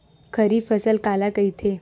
खरीफ फसल काला कहिथे?